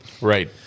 Right